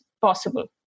possible